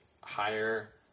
higher